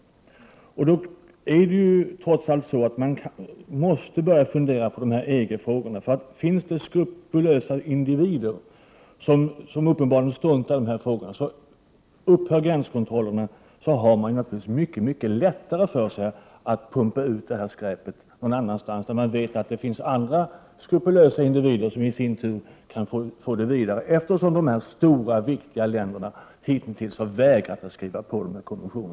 Det är då trots allt så att man måste börja fundera på dessa EG-frågor. Det finns skrupulösa individer som uppenbarligen struntar i dessa frågor, och om gränskontrollerna upphör blir det naturligtvis mycket lättare för dessa individer att pumpa ut det här skräpet någon annanstans, när de vet att det finns andra skrupulösa individer, som i sin tur för det vidare. Detta beror på att de andra stora och viktiga länderna hitintills vägrat att skriva på denna konvention.